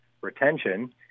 retention